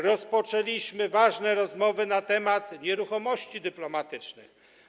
Rozpoczęliśmy ważne rozmowy na temat nieruchomości dyplomatycznych.